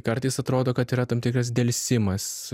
kartais atrodo kad yra tam tikras delsimas